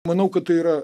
manau kad tai yra